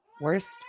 Worst